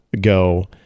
go